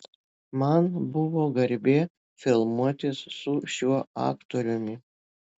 man buvo garbė filmuotis su šiuo aktoriumi